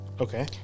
Okay